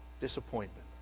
disappointment